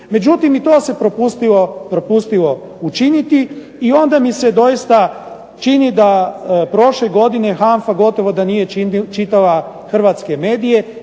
Međutim i to se propustilo učiniti i onda mi se doista čini da prošle godine HANFA gotovo da nije čitala hrvatske medije,